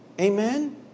Amen